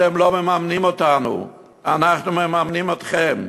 אתם לא מממנים אותנו, אנחנו מממנים אתכם.